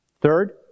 Third